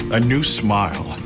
a new smile.